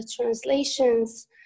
translations